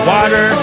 Water